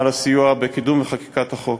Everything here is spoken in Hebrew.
על הסיוע בקידום וחקיקת החוק.